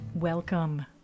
Welcome